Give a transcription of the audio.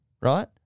right